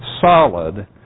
solid